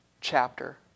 chapter